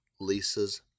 Lisa's